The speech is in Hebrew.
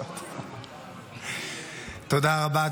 תודה רבה.